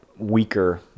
Weaker